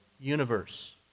universe